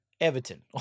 Everton